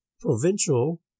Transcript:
provincial